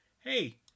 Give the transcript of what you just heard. Hey